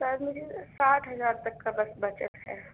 سر مجھے ساٹھ ہزار تک کا بس بچت ہے